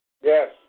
yes